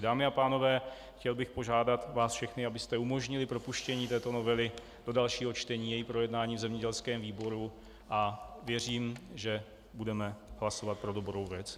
Dámy a pánové, chtěl bych požádat vás všechny, abyste umožnili propuštění této novely do dalšího čtení, její projednání v zemědělském výboru, a věřím, že budeme hlasovat pro dobrou věc.